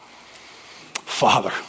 Father